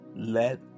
Let